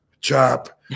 chop